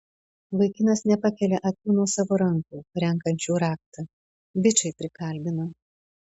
vaikinas nepakelia akių nuo savo rankų renkančių raktą bičai prikalbino